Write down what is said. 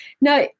Now